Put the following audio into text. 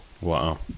Wow